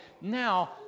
now